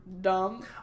dumb